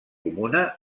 comuna